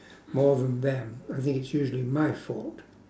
more than them I think it's usually my fault